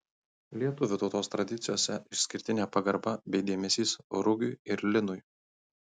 lietuvių tautos tradicijose išskirtinė pagarba bei dėmesys rugiui ir linui